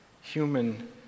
human